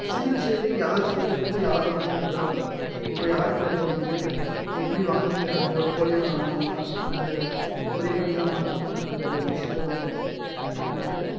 civil side யார் சொத்துலேருந்து யார் வாங்கியிருக்குறா இப்போ யார் பேரில் இருக்குது எப்படி வாங்கிருக்கிறாங்க போலியான ஆவணமாக இல்லை முறைப்படிதான் வாங்கிருக்கிறாங்கன்ற விஷயத்தை வந்து நம்ம வந்து